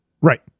Right